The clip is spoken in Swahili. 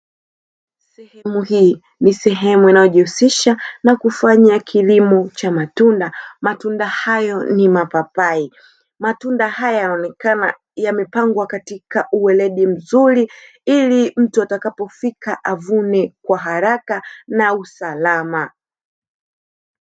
Sehemu hii nisehemu inayojihusisha na kufanya kilimo cha matunda matunda hayo ni mapapai. Matunda haya yanaonekana yamepangwa katika uweledi mzuri ili mtu atakapofika avune kwa haraka na usalama